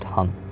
Hunt